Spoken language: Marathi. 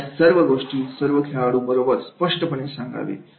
या सर्व गोष्टी सर्व खेळाडूंबरोबर स्पष्टपणे सांगावे